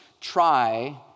try